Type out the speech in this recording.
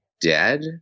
dead